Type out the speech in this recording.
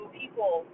people